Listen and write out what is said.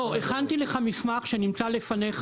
לא, אדוני, אני הכנתי לך מסמך, שנמצא לפניך.